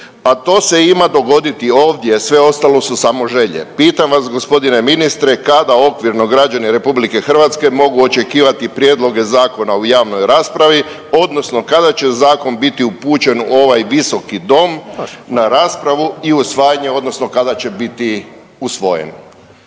a to se ima dogoditi ovdje. Sve ostalo su samo želje. Pitam vas gospodine ministre kada okvirno građani RH mogu očekivati prijedloge zakona u javnoj raspravi, odnosno kada će zakon biti upućen u ovaj Visoki dom na raspravu i usvajanje, odnosno kada će biti usvojen.